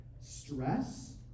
Stress